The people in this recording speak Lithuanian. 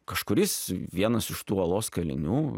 kažkuris vienas iš tų olos kalinių